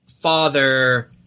father